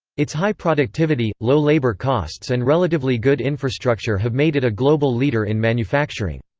its high productivity, low labor costs and relatively good infrastructure have made it a global leader in manufacturing.